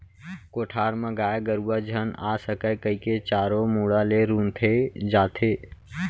कोठार म गाय गरूवा झन आ सकय कइके चारों मुड़ा ले रूंथे जाथे